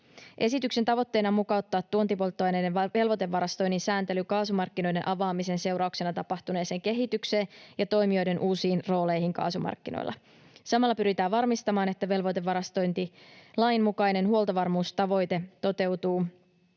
Esityksen tavoitteena on mukauttaa tuontipolttoaineiden velvoitevarastoinnin sääntely kaasumarkkinoiden avaamisen seurauksena tapahtuneeseen kehitykseen ja toimijoiden uusiin rooleihin kaasumarkkinoilla. Samalla pyritään varmistamaan, että velvoitevarastointilain mukainen huoltovarmuustavoite toteutuu